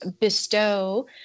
bestow